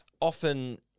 often